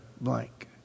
blank